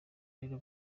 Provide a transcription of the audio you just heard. rero